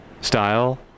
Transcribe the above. style